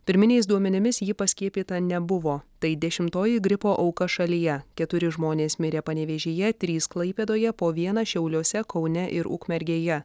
pirminiais duomenimis ji paskiepyta nebuvo tai dešimtoji gripo auka šalyje keturi žmonės mirė panevėžyje trys klaipėdoje po vieną šiauliuose kaune ir ukmergėje